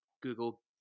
google